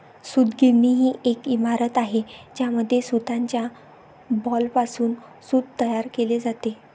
सूतगिरणी ही एक इमारत आहे ज्यामध्ये सूताच्या बॉलपासून सूत तयार केले जाते